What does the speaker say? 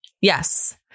Yes